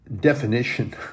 definition